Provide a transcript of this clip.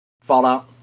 Fallout